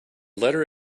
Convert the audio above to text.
letter